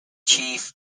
chief